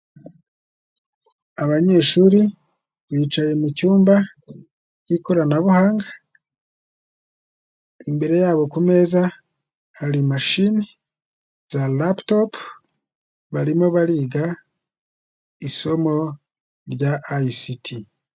Abanyeshuri bicaye mu cyumba k'ikoranabuhanga, imbere yabo ku meza hari mashini za l''aptop'' barimo bariga isomo rya ''ICT''.